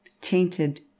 tainted